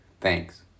Thanks